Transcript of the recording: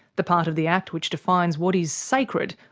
the part of the act which defines what is sacred,